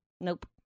Nope